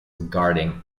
regarding